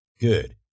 Good